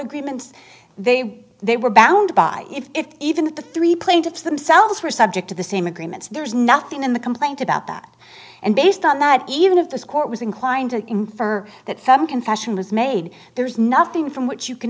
agreements they they were bound by if even the three plaintiffs themselves were subject to the same agreements there's nothing in the complaint about that and based on that even if this court was inclined to infer that federal confession was made there is nothing from which you can